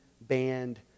band